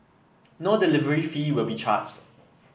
no delivery fee will be charged